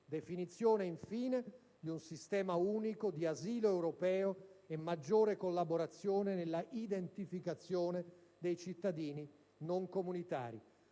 definizione, infine, di un sistema unico di asilo europeo e maggiore collaborazione nella identificazione dei cittadini non comunitari.